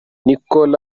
nicole